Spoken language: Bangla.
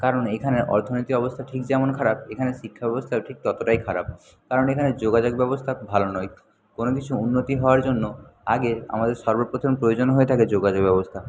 কারণ এখানের অর্থনীতির অবস্থা ঠিক যেমন খারাপ এখানে শিক্ষা ব্যবস্থাও ঠিক ততটাই খারাপ কারণ এখানে যোগাযোগ ব্যবস্থা ভালো নয় কোন কিছু উন্নতি হওয়ার জন্য আগে আমাদের সর্ব প্রথম প্রয়োজন হয়ে থাকে যোগাযোগ ব্যবস্থা